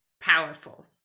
powerful